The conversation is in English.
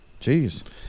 Jeez